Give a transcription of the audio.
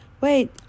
Wait